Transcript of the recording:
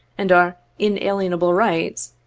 and our inalienable rights,